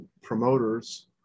promoters